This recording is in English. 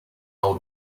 old